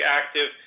active